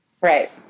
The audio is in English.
Right